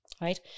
Right